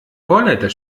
chorleiter